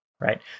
right